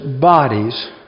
bodies